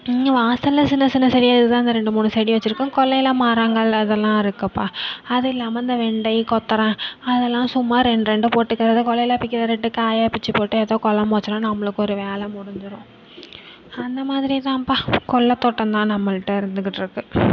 இங்கே வாசலில் சின்னச்சின்ன செடிதான் இந்த ரெண்டு மூணு செடி வச்சுருக்கோம் கொல்லையில் மரங்கள் அதல்லாம் இருக்குப்பா அதில்லாம இந்த வெண்டை கொத்தவரம் அதல்லாம் சும்மா ரெண்டுரெண்டு போட்டுக்கிறது கொல்லையில் பிய்க்கிற ரெண்டு காயை பிச்சு போட்டு எதோ குழம்பு வச்சிடுவோம் நம்மளுக்கு ஒரு வேலை முடிஞ்சிரும் அந்தமாதிரிதான்பா கொல்லைத் தோட்டந்தான் நம்மகிட்ட இருந்துகிட்ருக்கு